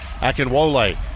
Akinwole